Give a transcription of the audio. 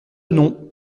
nom